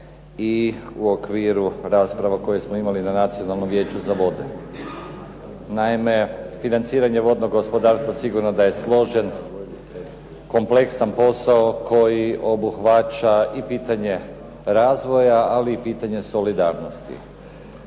i u okviru rasprava koje smo imali na Nacionalnom vijeću za vode. Naime, financiranje vodnog gospodarstva sigurno da je složen, kompleksan posao koji obuhvaća i pitanje razvoja, ali i pitanje solidarnosti.